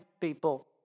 people